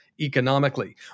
economically